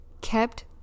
kept